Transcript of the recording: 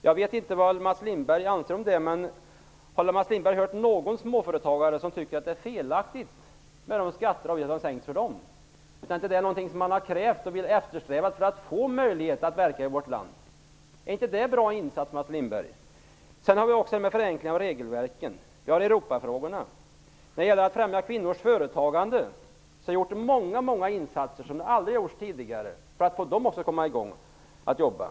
Jag vet inte vad Mats Lindberg anser om det, men har han hört någon småföretagare som tycker att det är felaktigt när skatter sänks för dem? Är inte det något som de har krävt och eftersträvat för att få möjlighet att verka i vårt land? Är inte det en bra insats, Mats Lindberg? Vi har också frågan om förenkling av regelverken och Europafrågorna. När det gäller att främja kvinnors företagande har det gjorts många insatser som aldrig har gjorts tidigare för att också de skall komma i gång och jobba.